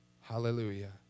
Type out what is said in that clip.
Hallelujah